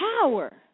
power